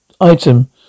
item